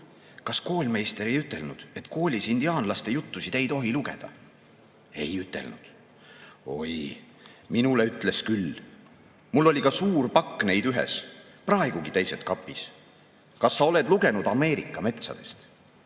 koolmeister ei ütelnud, et koolis indiaanlaste juttusid ei tohi lugeda?""Ei ütelnud.""Oi, minule ütles küll. Mul oli ka suur pakk neid ühes, praegugi teised kapis. Kas sa oled lugenud "Ameerika metsadest"?